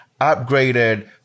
upgraded